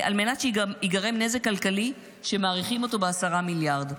על מנת שגם ייגרם נזק כלכלי שמעריכים אותו ב-10 מיליארד ש"ח.